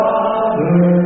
Father